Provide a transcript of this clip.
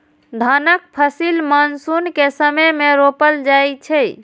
धानक फसिल मानसून के समय मे रोपल जाइ छै